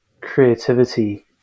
creativity